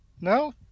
no